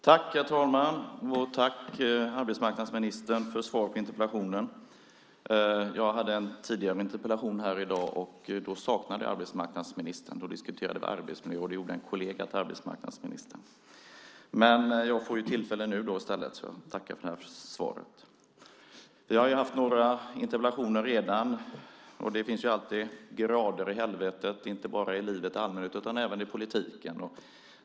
Herr talman! Jag tackar arbetsmarknadsministern för svaret på interpellationen. Jag hade en interpellation här tidigare i dag, och då saknade jag arbetsmarknadsministern. En kollega till arbetsmarknadsministern diskuterade arbetsmiljö. Men jag får tillfälle nu i stället. Vi har haft några interpellationer redan, och det finns alltid grader i helvetet, inte bara i livet i allmänhet utan även i politiken.